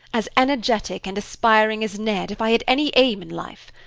as energetic and aspiring as ned, if i had any aim in life.